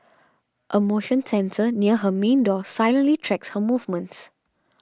a motion sensor near her main door silently tracks her movements